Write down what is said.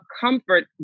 comfort